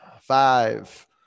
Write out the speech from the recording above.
five